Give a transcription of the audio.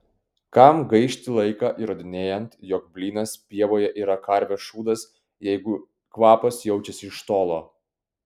kam gaišti laiką įrodinėjant jog blynas pievoje yra karvės šūdas jeigu kvapas jaučiasi iš tolo